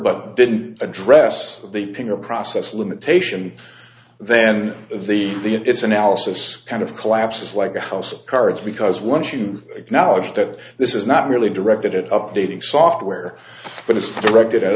but didn't address the pinger process limitation then the it's analysis kind of collapses like a house of cards because once you acknowledge that this is not really directed at updating software but it's directed at